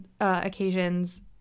occasions